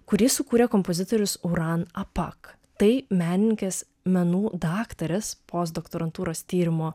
kurį sukūrė kompozitorius uran apak tai menininkės menų daktarės postdoktorantūros tyrimo